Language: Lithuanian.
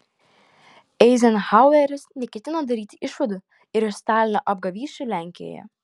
eizenhaueris neketino daryti išvadų ir iš stalino apgavysčių lenkijoje